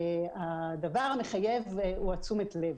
הדבר המחייב הוא תשומת הלב.